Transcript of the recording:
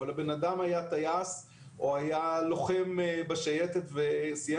אבל הבן אדם היה טייס או היה לוחם בשייטת וסיים